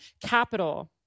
capital